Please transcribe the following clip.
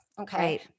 Okay